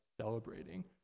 celebrating